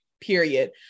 Period